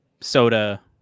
soda